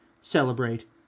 celebrate